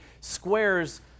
squares